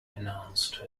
announced